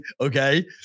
okay